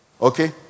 okay